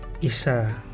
isa